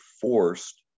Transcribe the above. forced